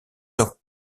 heures